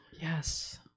yes